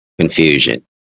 confusion